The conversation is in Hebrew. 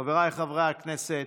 חבריי חברי הכנסת,